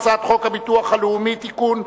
הצעת חוק הביטוח הלאומי (תיקון,